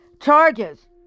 charges